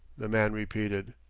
the man repeated.